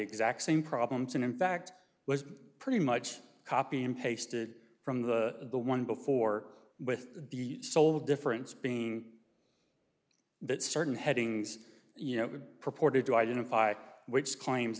exact same problems and in fact was pretty much copy and pasted from the one before with the sole difference being that certain headings you know purported to identify which claims